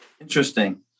Interesting